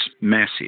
massive